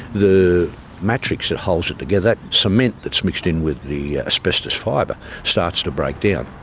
the matrix that holds it together, that cement that's mixed in with the asbestos fibre starts to break down.